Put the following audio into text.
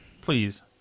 Please